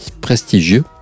prestigieux